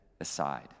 aside